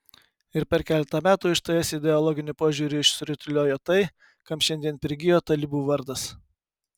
ir per keletą metų iš ts ideologiniu požiūriu išsirutuliojo tai kam šiandien prigijo talibų vardas